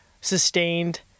sustained